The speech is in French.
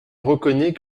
reconnaît